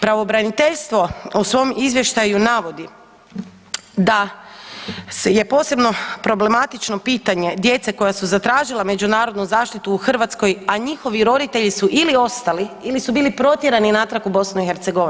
Pravobraniteljstvo u svom izvještaju navodi da je posebno problematično pitanje djece koja su zatražila međunarodnu zaštitu u Hrvatskoj, a njihovi roditelji su ili ostali ili su bili protjerani natrag u BiH.